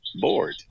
bored